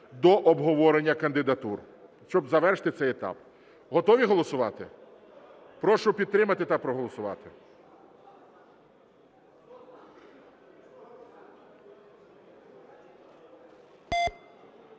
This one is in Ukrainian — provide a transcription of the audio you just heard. до обговорення кандидатур, щоб завершити цей етап. Готові голосувати? Прошу підтримати та проголосувати.